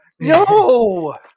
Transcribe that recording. No